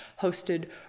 hosted